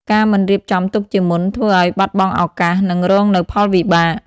ការមិនរៀបចំទុកជាមុន ធ្វើឲ្យបាត់បង់ឱកាស និងរងនូវផលវិបាក។